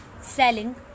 Selling